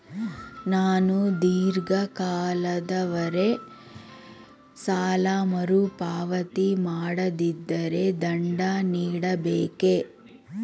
ನಾನು ಧೀರ್ಘ ಕಾಲದವರೆ ಸಾಲ ಮರುಪಾವತಿ ಮಾಡದಿದ್ದರೆ ದಂಡ ನೀಡಬೇಕೇ?